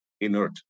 inert